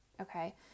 okay